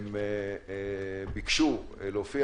הם ביקשו להופיע.